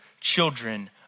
children